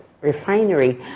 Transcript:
refinery